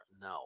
No